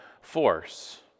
force